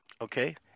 Okay